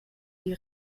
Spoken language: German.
die